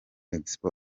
expo